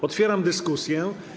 Otwieram dyskusję.